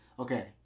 Okay